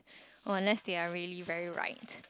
or unless they are really very right